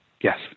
yes